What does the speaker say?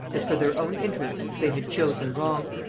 that for their own interests they had chosen wrong.